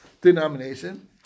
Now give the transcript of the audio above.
denomination